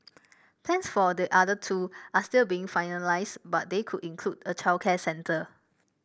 plans for the other two are still being finalised but they could include a childcare centre